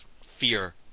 fear